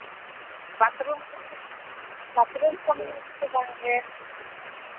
bathroom ᱠᱚ ᱢᱮᱱᱟᱜᱼᱟ bathroom ᱠᱚ ᱢᱮᱱᱟᱜ ᱟᱥᱮ ᱵᱟᱝ ᱜᱮ